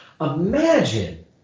Imagine